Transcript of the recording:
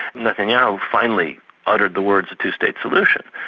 netanyahu finally uttered the words a two-state solution,